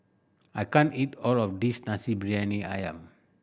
I can't eat all of this Nasi Briyani Ayam